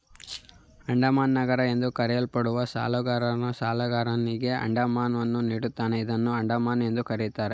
ಅಡಮಾನಗಾರ ಎಂದು ಕರೆಯಲ್ಪಡುವ ಸಾಲಗಾರನು ಸಾಲಗಾರನಿಗೆ ಅಡಮಾನವನ್ನು ನೀಡುತ್ತಾನೆ ಇದನ್ನ ಅಡಮಾನ ಎಂದು ಕರೆಯಲಾಗುತ್ತೆ